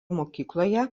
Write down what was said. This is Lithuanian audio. mokykloje